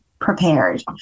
prepared